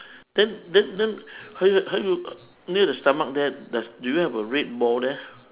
then then then how you how you near the stomach there there's do you have a red ball there